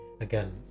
again